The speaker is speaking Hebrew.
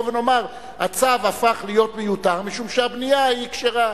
ונאמר: הצו הפך להיות מיותר משום שהבנייה כשרה.